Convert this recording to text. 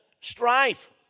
strife